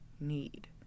need